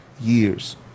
years